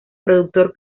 productor